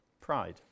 Pride